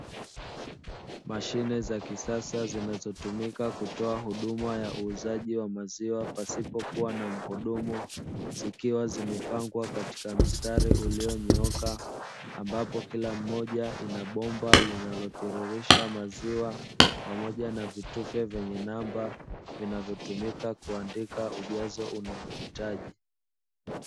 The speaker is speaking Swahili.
Mashine za kisasa zinazotumika kutoa huduma ya uuzaji wa maziwa pasipo kuwa na muhudumu, zikiwa zimepangwa katika mstari ulionyooka, ambapo kila moja ina bomba linayotiririsha maziwa pamoja na vitufe vyenye namba vinavyotumika kujaza ujazo unaohitaji.